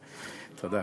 תודה.